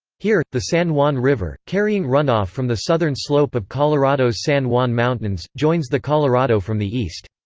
here, the san juan river, carrying runoff from the southern slope of colorado's san juan mountains, joins the colorado from the east.